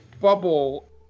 bubble